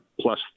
plus